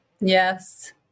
Yes